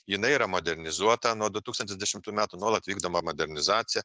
jinai yra modernizuota nuo du tūkstantis dešimtų metų nuolat vykdoma modernizacija